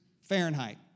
Fahrenheit